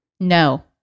No